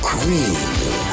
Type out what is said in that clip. Green